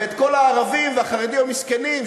ואת כל הערבים והחרדים המסכנים,